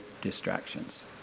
distractions